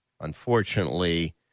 Unfortunately